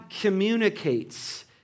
communicates